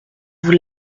vous